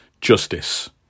justice